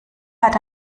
hat